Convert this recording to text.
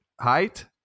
height